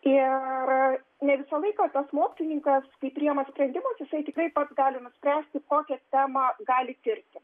ir ne visą laiką tas mokslininkas kaip priima sprendimus jisai tikrai pats gali nuspręsti kokią temą gali tirti